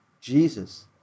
jesus